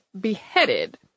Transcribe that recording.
beheaded